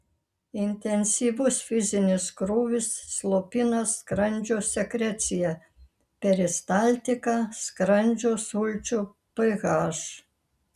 intensyvus fizinis krūvis slopina skrandžio sekreciją peristaltiką skrandžio sulčių ph